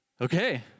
Okay